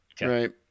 right